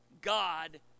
God